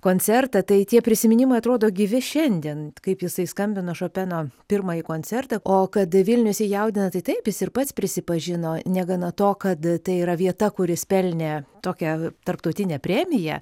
koncertą tai tie prisiminimai atrodo gyvi šiandien kaip jisai skambino šopeno pirmąjį koncertą o kad vilnius jį jaudina tai taip jis ir pats prisipažino negana to kad tai yra vieta kur jis pelnė tokią tarptautinę premiją